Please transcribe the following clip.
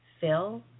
Fill